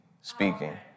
speaking